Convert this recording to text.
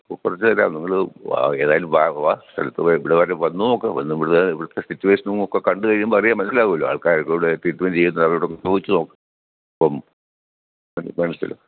കുറച്ചു തരാം നിങ്ങൾ വാ ഏതായാലും വാ വാ ഇവിടെ വരെ വന്നു നോക്കൂ വന്ന് ഇവിടെ ഇവിടുത്തെ സിറ്റുവേഷനുമൊക്കെ കണ്ടു കഴിയുമ്പം അറിയാം മനസ്സിലാകുമല്ലോ ആൾക്കാരൊക്കെ ഇവിടെ ട്രീറ്റ്മെൻറ്റ് ചെയ്യുന്ന അവരോടൊക്കെ ചോദിച്ചു നോക്കൂ അപ്പം മ മനസ്സിലാകും